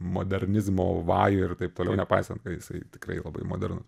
modernizmo vajui ir taip toliau nepaisant kad jisai tikrai labai modernus